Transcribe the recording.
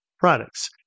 products